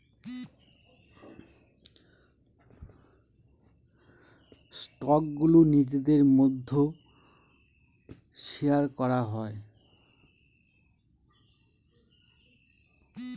স্টকগুলো নিজেদের মধ্যে শেয়ার করা হয়